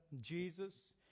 Jesus